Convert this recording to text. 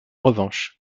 revanche